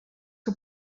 que